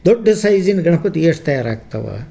ದೊಡ್ಡ ಸೈಜಿನ ಗಣಪತಿ ಎಷ್ಟು ತಯಾರಾಗ್ತವೆ